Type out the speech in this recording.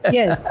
yes